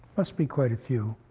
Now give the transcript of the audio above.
must be quite a few.